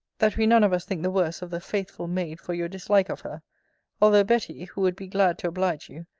that we none of us think the worse of the faithful maid for your dislike of her although betty, who would be glad to oblige you,